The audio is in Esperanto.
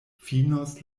finos